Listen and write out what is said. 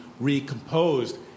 recomposed